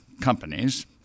companies